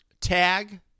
tag